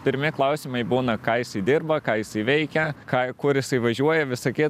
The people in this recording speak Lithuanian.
pirmi klausimai būna ką jisai dirba ką jisai veikia ką kur jisai važiuoja visokie